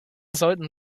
sollten